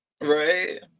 Right